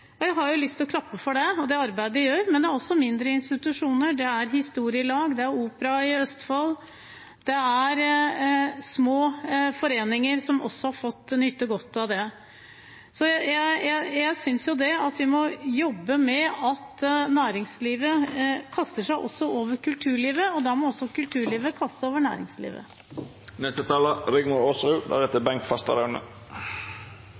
Jeg har lyst til å klappe for det og det arbeidet de gjør. Men det er også andre institusjoner, det er historielag, det er opera i Østfold, små foreninger som også har fått nyte godt av det. Så jeg synes vi må jobbe med at næringslivet kaster seg over kulturlivet, og da må også kulturlivet kaste seg over næringslivet.